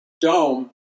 dome